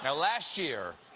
and last year,